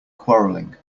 quarrelling